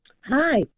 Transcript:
Hi